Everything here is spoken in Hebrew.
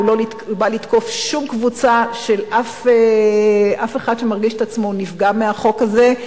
הוא לא בא לתקוף שום קבוצה של אף אחד שמרגיש את עצמו נפגע מהחוק הזה.